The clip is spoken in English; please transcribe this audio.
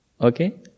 Okay